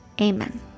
amen